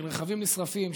של רכבים נשרפים,